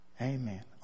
Amen